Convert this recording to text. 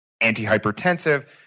antihypertensive